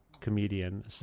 comedian